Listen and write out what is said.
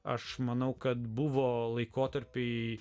aš manau kad buvo laikotarpiai